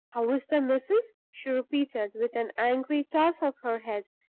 how is the missus? she repeated, with an angry toss of her head,